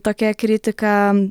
tokia kritika